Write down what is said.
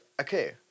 Okay